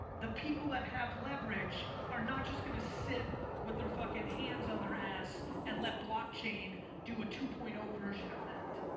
the people that have leverage are not just gonna sit with their fucking hands on their ass and let blockchain do a two point zero version of that.